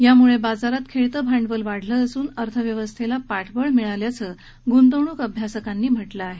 यामुळे बाजारात खेळतं भांडवलं वाढलं असून अर्थव्यवस्थेला पाठबळ मिळाल्याचं गृंतवण़क अभ्यासक संस्थांनी म्हटलं आहे